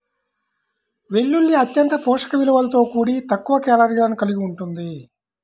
వెల్లుల్లి అత్యంత పోషక విలువలతో కూడి తక్కువ కేలరీలను కలిగి ఉంటుంది